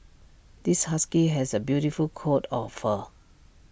this husky has A beautiful coat of fur